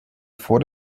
vor